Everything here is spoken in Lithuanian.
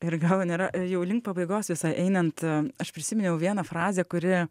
ir galo nėra jau link pabaigos visai einant aš prisiminiau vieną frazę kuri